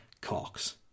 cocks